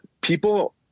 People